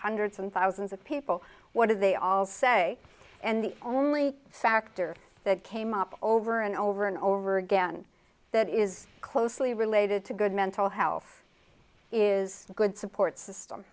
hundreds and thousands of people what did they all say and the only factor that came up over and over and over again that is closely related to good mental health is a good support system